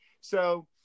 So-